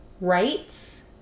rights